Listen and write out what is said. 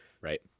Right